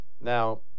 Now